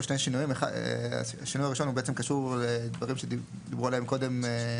שני שינויים: השינוי הראשון הוא בעצם קשור לדברים שדיברו עליהם קודם,